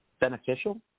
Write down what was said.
beneficial